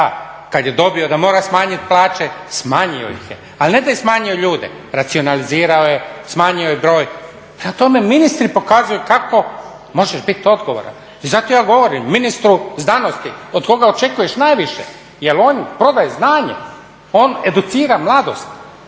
kad je dobio da mora smanjiti plaće, smanjio ih je, ali ne da je smanjio ljude, racionalizirao je, smanjio je broj, prema tome ministri pokazuju kako možeš biti odgovoran i zato ja govorim ministru znanosti, od koga očekuješ najviše jer on prodaje znanje, on educira mladost,